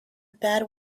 bad